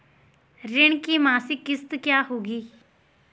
ऋण की मासिक किश्त क्या होगी?